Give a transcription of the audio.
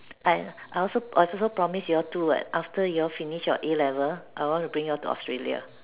I I also I was also promise you all two what after you all finish your A-level I want to bring y'all to Australia